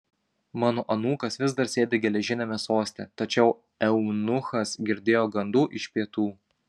mano anūkas vis dar sėdi geležiniame soste tačiau eunuchas girdėjo gandų iš pietų